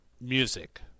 music